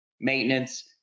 maintenance